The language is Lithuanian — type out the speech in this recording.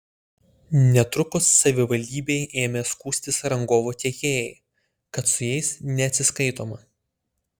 netrukus savivaldybei ėmė skųstis rangovo tiekėjai kad su jais neatsiskaitoma